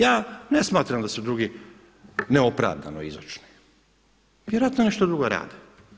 Ja ne smatram da su drugi neopravdano izočni, vjerojatno nešto drugo rade.